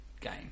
game